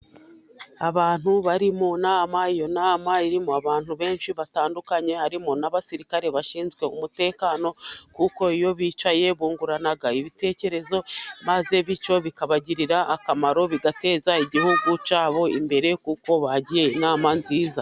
Abantu bari mu nama, iyo nama irimo abantu benshi batandukanye, harimo n'abasirikare bashinzwe umutekano, kuko iyo bicaye bungurana ibitekerezo, maze bityo bikabagirira akamaro, bigateza igihugu cyabo imbere kuko bagira inama nziza.